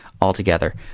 altogether